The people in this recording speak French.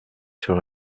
sur